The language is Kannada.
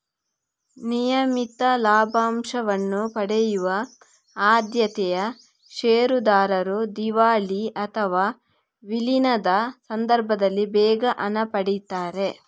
ನಿಯಮಿತ ಲಾಭಾಂಶವನ್ನ ಪಡೆಯುವ ಆದ್ಯತೆಯ ಷೇರುದಾರರು ದಿವಾಳಿ ಅಥವಾ ವಿಲೀನದ ಸಂದರ್ಭದಲ್ಲಿ ಬೇಗ ಹಣ ಪಡೀತಾರೆ